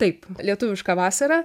taip lietuviška vasara